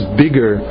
bigger